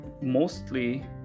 mostly